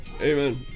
amen